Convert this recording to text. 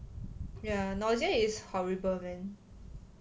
ya nausea is horrible man